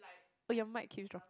oh your mic keeps drop